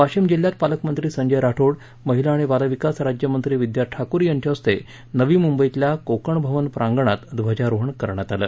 वाशिम जिल्ह्यात पालकमंत्री संजय राठोड महिला आणि बालविकास राज्यमंत्री विद्या ठाकूर यांच्या हस्ते नवी मुंबईतल्या कोंकण भवन प्रांगणात ध्वजारोहण करण्यात आलं